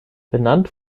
benannt